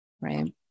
right